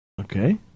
Okay